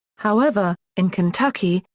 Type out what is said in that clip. however, in kentucky,